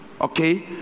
okay